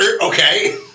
Okay